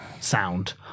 sound